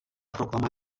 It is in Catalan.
proclamar